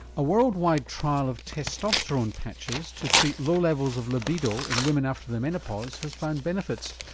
worldwide trial of testosterone patches to treat low levels of libido in women after their menopause has found benefits.